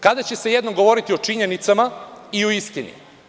Kada će se jednom govoriti o činjenicama i o istini?